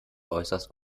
äußerst